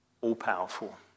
all-powerful